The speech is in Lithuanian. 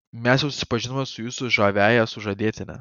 mes jau susipažinome su jūsų žaviąja sužadėtine